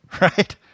right